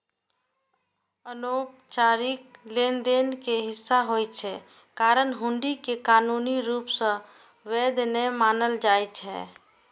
अनौपचारिक लेनदेन के हिस्सा होइ के कारण हुंडी कें कानूनी रूप सं वैध नै मानल जाइ छै